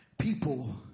people